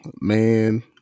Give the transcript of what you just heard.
Man